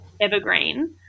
Evergreen